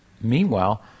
meanwhile